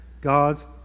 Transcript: God's